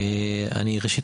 ראשית,